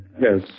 Yes